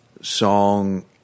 song